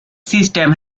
system